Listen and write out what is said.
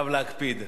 אבל אני חייב להקפיד.